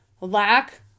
lack